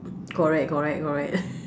correct correct correct